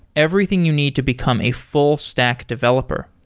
everything you need to become a full stack developer.